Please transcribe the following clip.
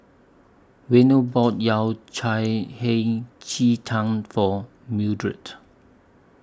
Waino bought Yao Cai Hei Ji Tang For Mildred